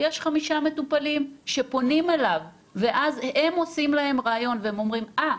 יש חמישה מטופלים שפונים אליו ואז הם עושים להם ראיון והם אומרים "אה,